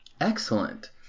excellent